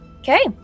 Okay